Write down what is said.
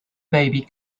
baby